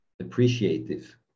appreciative